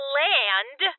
land